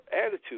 attitude